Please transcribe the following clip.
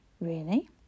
Really